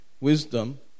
wisdom